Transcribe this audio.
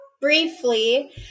briefly